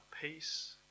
peace